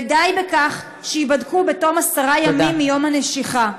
ודי בכך שייבדקו בתום עשרה ימים מיום הנשיכה.